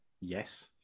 Yes